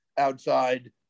outside